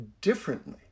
differently